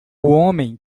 homem